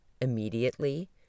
immediately